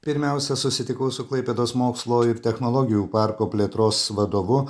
pirmiausia susitikau su klaipėdos mokslo ir technologijų parko plėtros vadovu